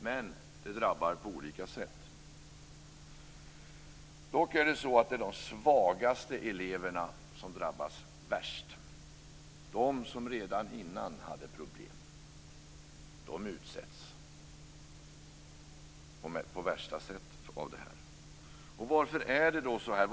Men de drabbar på olika sätt. Dock är det de svagaste eleverna som drabbas värst. De som redan innan hade problem utsätts och på värsta sätt. Varför är det då så här?